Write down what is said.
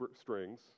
strings